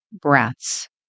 breaths